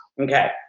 Okay